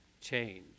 change